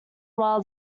while